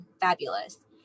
fabulous